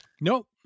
Nope